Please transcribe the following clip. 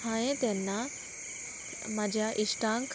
हांयें तेन्ना म्हाज्या इश्टांक